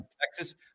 Texas